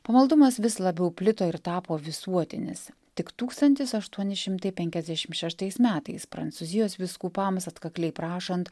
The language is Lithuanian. pamaldumas vis labiau plito ir tapo visuotinis tik tūkstantis aštuoni šimtai penkiasdešim šeštais metais prancūzijos vyskupams atkakliai prašant